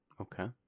Okay